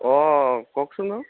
অ কওকচোন বাৰু